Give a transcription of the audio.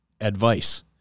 advice